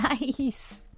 Nice